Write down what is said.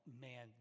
man